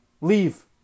Leave